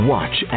Watch